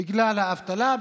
בגלל האבטלה,